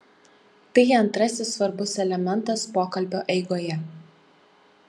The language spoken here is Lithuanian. tai antrasis svarbus elementas pokalbio eigoje